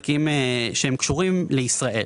הם קשורים לישראל.